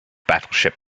battleship